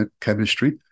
chemistry